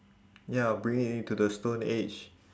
ya bring it into the stone age